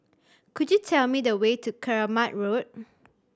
could you tell me the way to Keramat Road